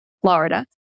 Florida